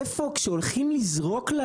כשהולכים לזרוק,